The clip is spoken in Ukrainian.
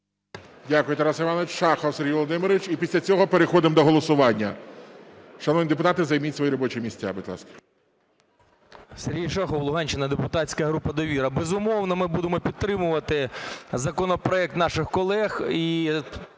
Дякую, Тарас Іванович. Шахов Сергій Володимирович. І після цього переходимо до голосування. Шановні депутати, займіть свої робочі місця, будь ласка. 11:35:19 ШАХОВ С.В. Сергій Шахов, Луганщина, депутатська група "Довіра". Безумовно, ми будемо підтримувати законопроект наших колег